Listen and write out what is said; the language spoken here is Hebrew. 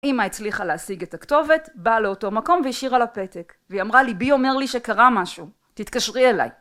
אמא הצליחה להשיג את הכתובת, באה לאותו מקום והשאירה לה פתק. והיא אמרה לי, ליבי אומר לי שקרה משהו. תתקשרי אליי.